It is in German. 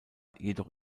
jedoch